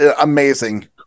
amazing